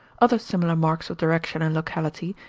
other similar marks of direction and locality,